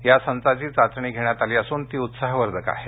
या संचांची चाचणी घेण्यात आली असून ती उत्साहवर्धक आहे